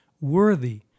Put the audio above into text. worthy